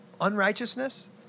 unrighteousness